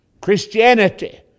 Christianity